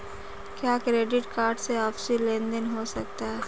क्या credit card से आपसी लेनदेन हो सकता है?